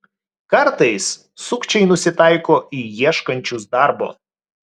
kartais sukčiai nusitaiko į ieškančius darbo